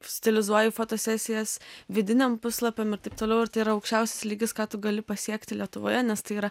stilizuoji fotosesijas vidiniam puslapiam ir taip toliau ir tai yra aukščiausias lygis ką tu gali pasiekti lietuvoje nes tai yra